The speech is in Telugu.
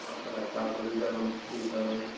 అక్కడ చేపలు విధానం చూసాను